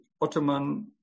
Ottoman